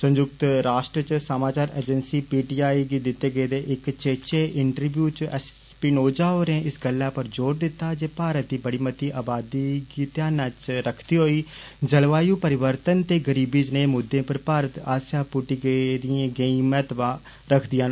संयुक्त राश्ट्र च समाचार एजेंसी पी टी आई गी दिते गेदे इक चेचे इंट्रव्यू च एस्पिनोज़ा होरे इस गल्लै पर जोर दिता जे भारत दी बड़ी मती अबादी गी ध्यानै च रखदे होई जलवायु परिवर्तन ते गरीबी जनेह मुद्दे पर भारत आस्सेआ पुट्टी गेदियां गैंई मता महत्व रखदियां न